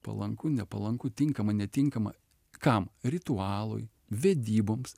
palanku nepalanku tinkama netinkama kam ritualui vedyboms